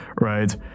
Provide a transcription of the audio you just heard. right